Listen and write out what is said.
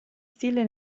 stile